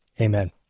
Amen